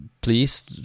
Please